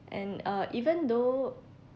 and uh even though